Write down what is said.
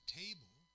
table